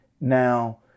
Now